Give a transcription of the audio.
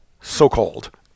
so-called